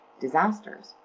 disasters